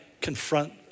confront